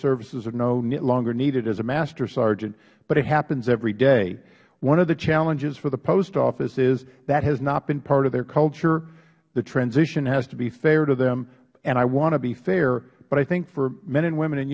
services are no longer needed as a master sergeant but it happens every day one of the challenges for the post office is that has not been part of their culture the transition has to be fair to them and i want to be fair but i think for men and women in